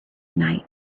night